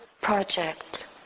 project